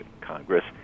Congress